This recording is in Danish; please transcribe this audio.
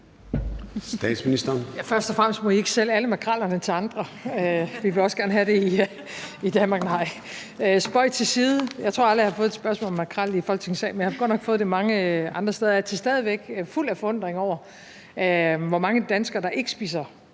Først og fremmest må I ikke sælge alle makrellerne til andre. Vi vil også gerne have det i Danmark. Nej, spøg til side. Jeg tror aldrig, jeg har fået et spørgsmål om makrel i Folketingssalen, men jeg har godt nok fået det mange andre steder og er stadig væk fuld af forundring over, hvor mange danskere der ikke spiser